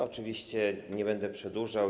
Oczywiście nie będę przedłużał.